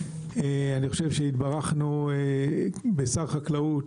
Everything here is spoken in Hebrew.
אני חושב שהתברכנו בשר חקלאות,